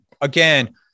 again